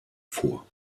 vor